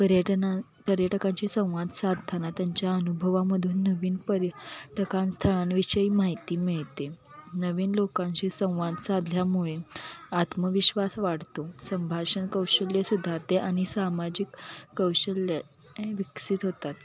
पर्यटन पर्यटकांशी संवाद साधताना त्यांच्या अनुभवामधून नवीन पर्यट कां स्थळांविषयी माहिती मिळते नवीन लोकांशी संवाद साधल्यामुळे आत्मविश्वास वाढतो संभाषण कौशल्य सुधारते आणि सामाजिक कौशल्यं विकसित होतात